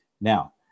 Now